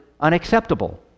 unacceptable